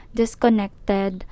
disconnected